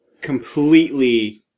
completely